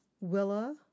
Willa